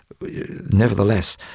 nevertheless